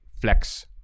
flex